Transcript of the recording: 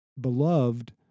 beloved